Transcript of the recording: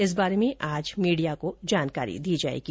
इस बारे में आज मीडिया को जानकारी दी जाएगी